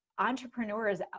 entrepreneurs